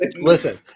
listen